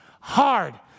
hard